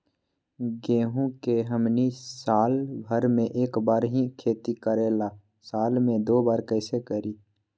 गेंहू के हमनी साल भर मे एक बार ही खेती करीला साल में दो बार कैसे करी?